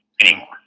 anymore